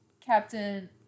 Captain